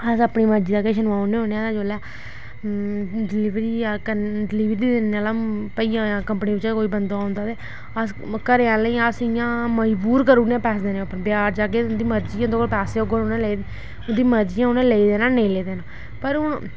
अस अपनी मर्जी दा किश नोआऊ उड़ने होन्ने आं ते जोल्लै डिलिवरी देने आह्ला भाई जां कंपनी चा कोई बंदा औंदा ते अ घरें आह्लें गी अ इ'यां मजबूर करी उड़ने आं पैसे देने गी बजार जाह्गे ते तुं'दी मर्जी ऐ जुंदे कौल पैसे होंगन उ'ने लैनी उंदी मर्जी ऐ उनें लेई देना नेई लेई देना पर हून